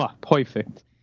perfect